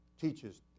teaches